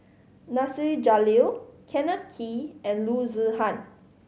Nasir Jalil Kenneth Kee and Loo Zihan